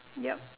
yup